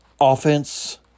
Offense